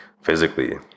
physically